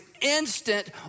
instant